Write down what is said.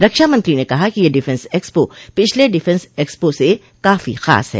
रक्षामंत्री ने कहा कि यह डिफेंस एक्सपो पिछले डिफेंस एक्सपो से काफी खास है